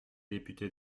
députés